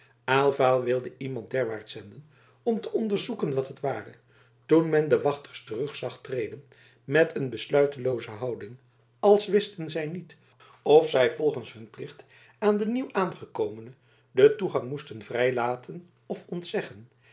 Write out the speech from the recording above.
aylva wilde iemand derwaarts zenden om te onderzoeken wat het ware toen men de wachters terug zag treden met een besluitelooze houding als wisten zij niet of zij volgens hun plicht aan den nieuwaangekomene den toegang moesten vrijlaten of ontzeggen